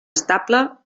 estable